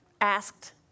asked